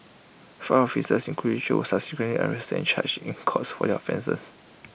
five officers including chew subsequently arrested and charged in court for their offences